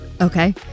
okay